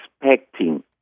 expecting